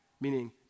Meaning